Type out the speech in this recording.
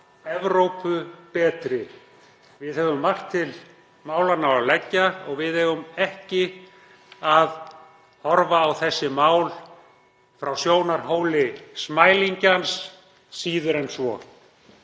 Evrópu betri? Við höfum margt til málanna að leggja og við eigum ekki að horfa á þessi mál frá sjónarhóli smælingjans, síður en svo.